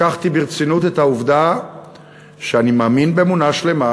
לקחתי ברצינות את העובדה שאני מאמין באמונה שלמה